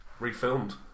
refilmed